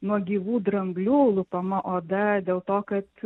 nuo gyvų dramblių lupama oda dėl to kad